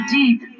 deep